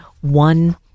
one